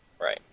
Right